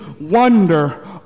wonder